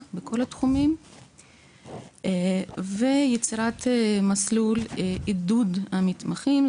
בכל התחומים ויצירת מסלול עידוד המתמחים,